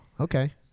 Okay